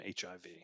HIV